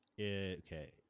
okay